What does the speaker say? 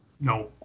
no